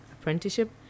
apprenticeship